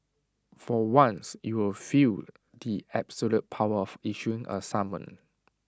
for once you'll feel the absolute power of issuing A summon